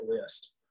list